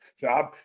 job